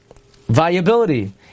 viability